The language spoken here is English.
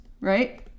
right